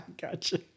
Gotcha